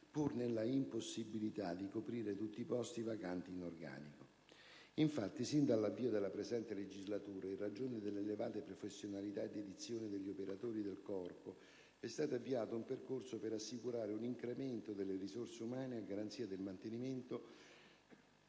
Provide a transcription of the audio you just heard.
pur nella impossibilità di coprire tutti i posti vacanti in organico. Infatti, sin dall'avvio della presente legislatura, in ragione delle elevate professionalità e dedizione degli operatori del Corpo, è stato avviato un percorso per assicurare un incremento delle risorse umane a garanzia del mantenimento